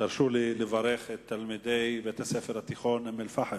תרשו לי לברך את תלמידי בית-הספר התיכון אום-אל-פחם.